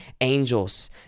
angels